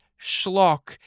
schlock